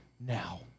now